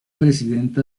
presidenta